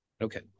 Okay